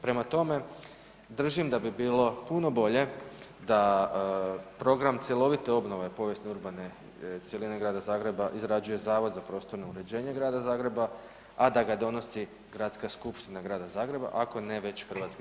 Prema tome, držim da bi bilo puno bolje da program cjelovite obnove povijesne i urbane cjeline Grada Zagreba izrađuje Zavod za prostorno uređenje Grada Zagreba, a da ga donosi Gradska skupština Grada Zagreba, ako ne već HS.